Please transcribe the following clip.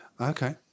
Okay